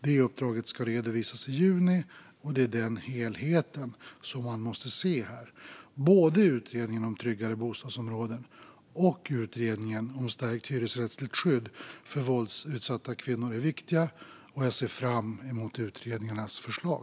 Det uppdraget ska redovisas i juni. Det är den helheten som man måste se här. Både utredningen om tryggare bostadsområden och utredningen om stärkt hyresrättsligt skydd för våldsutsatta kvinnor är viktiga, och jag ser fram emot utredningarnas förslag.